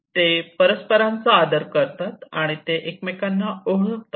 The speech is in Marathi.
ते परस्परांचा आदर करतात आणि ते एकमेकांना ओळखतात